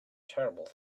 terrible